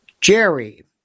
Jerry